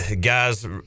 guys